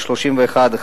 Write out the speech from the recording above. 31(1)